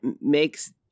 makes